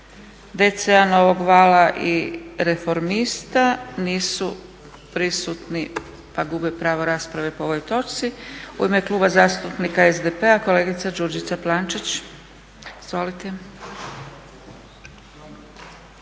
DC-a, Novog vala i reformista nisu prisutni pa gube pravo rasprave po ovoj točci. U ime Kluba zastupnika SDP-a kolegica Đurđica Plančić. Izvolite.